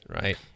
right